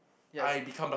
yeah it's